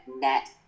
net